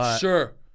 Sure